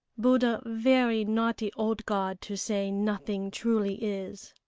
buddha very naughty old god to say nothing truly is.